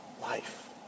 Life